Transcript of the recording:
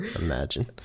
imagine